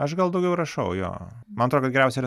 aš gal daugiau rašau jo man atrodo kad geriausia yra